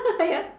ya